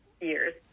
years